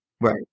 Right